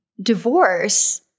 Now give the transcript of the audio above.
divorce